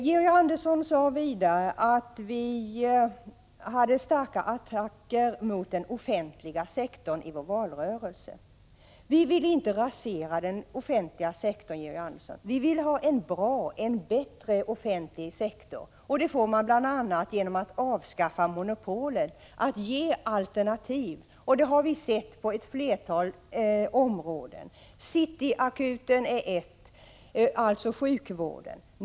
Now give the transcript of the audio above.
Georg Andersson sade vidare att vi hade startat attacker mot den offentliga sektorn i valrörelsen. Vi vill inte rasera den offentliga sektorn, Georg Andersson. Vi vill ha en bättre offentlig sektor. Det uppnår man bl.a. genom att avskaffa monopolet och ge alternativ. Det har vi sett på ett flertal områden. City Akuten är ett sådant exempel inom sjukvården.